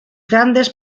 grandes